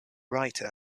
writer